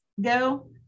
go